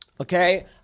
Okay